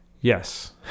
Yes